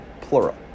plural